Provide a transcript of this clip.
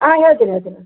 ಹಾಂ ಹೇಳ್ತೀನಿ ಹೇಳ್ತೀನಿ